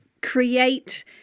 create